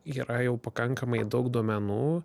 yra jau pakankamai daug duomenų